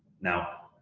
now,